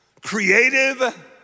creative